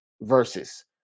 versus